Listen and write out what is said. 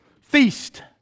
Feast